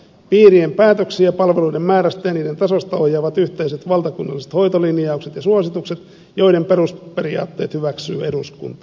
piirien päätöksiä palveluiden määrästä ja niiden tasosta ohjaavat yhteiset valtakunnalliset hoitolinjaukset ja suositukset joiden perusperiaatteet hyväksyy eduskunta